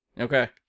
Okay